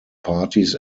parties